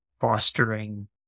fostering